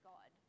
God